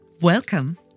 Welcome